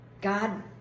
God